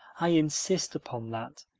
i insist upon that.